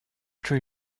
three